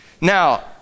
Now